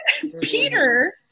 Peter